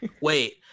Wait